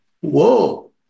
whoa